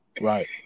Right